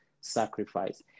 sacrifice